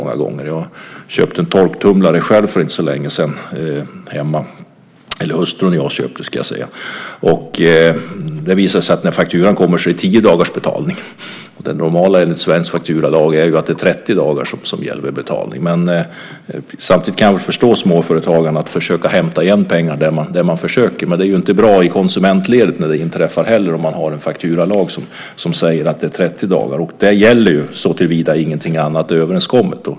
Min hustru och jag köpte en torktumlare till hemmet och det visade sig att när fakturan kom så var det tio dagars betalningstid. Det normala enligt svensk fakturalag är 30 dagar som gäller. Samtidigt kan jag förstå att småföretagarna försöker hämta igen pengar där det går. Men det är inte bra när det inträffar i konsumentledet, när man har en fakturalag som säger att det är 30 dagar. Det gäller såtillvida ingenting annat är överenskommet.